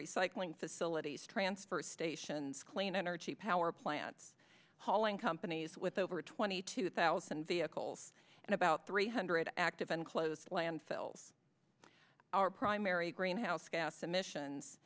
recycling facilities transfer stations clean energy power plants hauling companies with over twenty two thousand vehicles and about three hundred active and close to landfills our primary greenhouse gas emissions